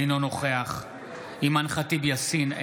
אינו נוכח אימאן ח'טיב יאסין,